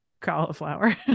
cauliflower